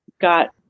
got